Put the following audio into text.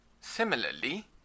Similarly